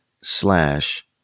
slash